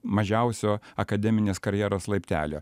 mažiausio akademinės karjeros laiptelio